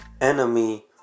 enemy